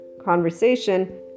conversation